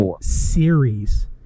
series